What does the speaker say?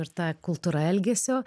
ir ta kultūra elgesio